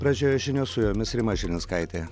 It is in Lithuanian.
pradžioje žinios su jomis rima žilinskaitė